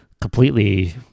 completely